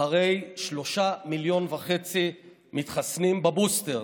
אחרי 3.5 מיליון מתחסנים בבוסטר